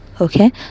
okay